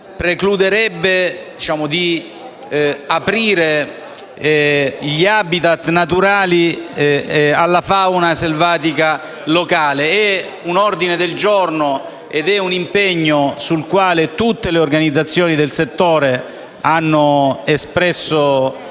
precluderebbe di aprire gli habitat naturali alla fauna selvatica locale. Si tratta di un ordine del giorno e di un impegno sul quale tutte le organizzazioni del settore hanno espresso